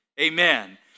Amen